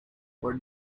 what